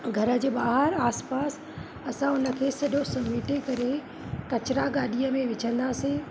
घर जे ॿाहिरि आस पास असां उन खे सॼो समेटे करे कचिरा गाॾीअ में विझंदासीं